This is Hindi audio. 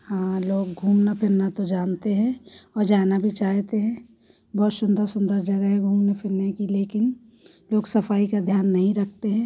हाँ लोग घूमना फिरना तो जानते हैं और जाना भी चाहते हैं बहुत सुंदर सुंदर जगह भी है घुमने फिरने के लिए लेकिन लोग सफाई का ध्यान नहीं रखते हैं